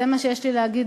זה מה שיש לי להגיד,